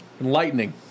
Enlightening